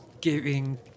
giving